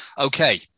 Okay